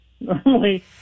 normally